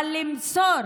אבל למסור